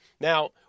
Now